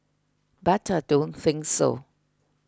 but I don't think so